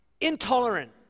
intolerant